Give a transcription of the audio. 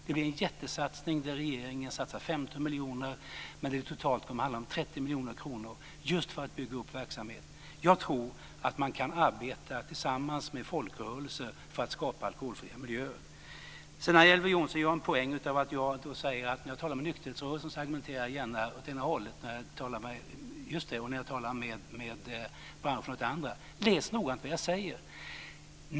Det blir en jättesatsning där regeringen satsar 15 miljoner av totalt 30 miljoner kronor för att bygga upp denna verksamhet. Jag tror att man kan arbeta tillsammans med folkrörelser för att skapa alkoholfria miljöer. Elver Jonsson gör en poäng av att jag argumenterar åt det ena hållet när jag talar med nykterhetsrörelsen, och åt det andra hållet när jag talar med branschen. Läs noggrant vad jag säger!